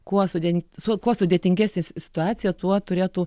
kuo sudė su kuo sudėtingesnė situacija tuo turėtų